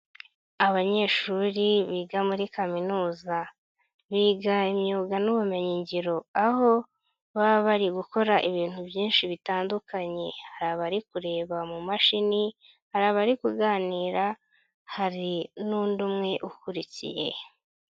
Abanyeshuri biga muri kaminuza. Biga imyuga n'ubumenyi ngiro, aho baba bari gukora ibintu byinshi bitandukanye, hari abari kureba mu mashini, hari abari kuganira hari n'undi umwe ukurikiye.